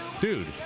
dude